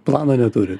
plano neturit